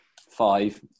five